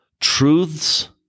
truths